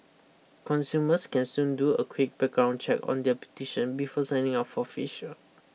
consumers can soon do a quick background check on their beautician before signing up for a facial